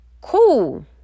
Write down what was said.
Cool